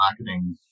marketing